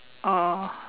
oh